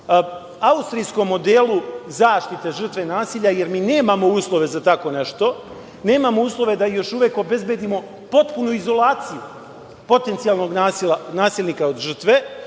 austrijskom modelu zaštite žrtve nasilja, jer mi nemamo uslove za tako nešto. Nemamo uslove da im još uvek obezbedimo potpunu izolaciju potencijalnog nasilnika od žrtve,